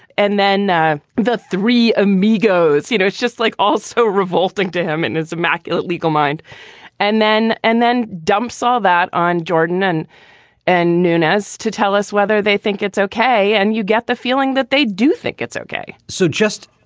and then the the three amigos. you know, it's just like also revolting to him and it's immaculate legal mind and then and then dumps saw that on jordan and and noone as to tell us whether they think it's okay and you get the feeling that they do think it's okay so just